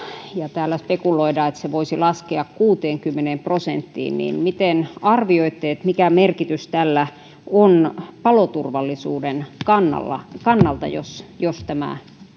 täällä spekuloidaan että se voisi laskea kuuteenkymmeneen prosenttiin niin miten arvioitte mikä merkitys tällä on paloturvallisuuden kannalta jos jos tämä